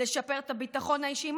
לשפר את הביטחון האישי.